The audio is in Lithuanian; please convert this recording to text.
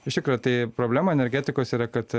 iš tikro tai problema energetikos yra kad